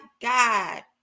God